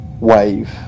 wave